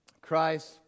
Christ